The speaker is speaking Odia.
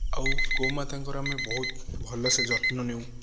ଆଉ ଗୋମାତାଙ୍କର ଆମେ ବହୁତ ଭଲସେ ଯତ୍ନ ନେଉ